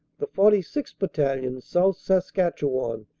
the forty sixth. battalion, south saskatchewan,